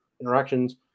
interactions